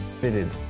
fitted